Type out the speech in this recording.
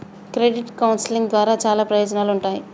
credit counselling ద్వారా చాలా ప్రయోజనాలుంటాయి